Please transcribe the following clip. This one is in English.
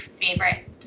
favorite